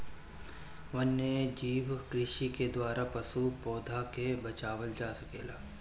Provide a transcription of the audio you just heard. वन्यजीव कृषि के द्वारा पशु, पौधा के बचावल जा सकेला